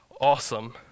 awesome